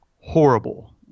horrible